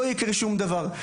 לא יקרה שום דבר.